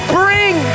bring